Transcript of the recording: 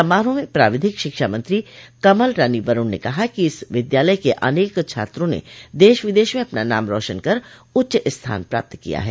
समारोह में प्राविधिक शिक्षा मंत्री कमलरानी वरूण ने कहा कि इस विद्यालय के अनेक छात्रों ने देश विदेश में अपना नाम रौशन कर उच्च स्थान प्राप्त किया है